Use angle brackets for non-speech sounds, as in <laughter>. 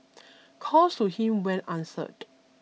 <noise> calls to him went answered